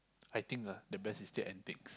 I think ah the best is still antiques